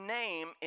name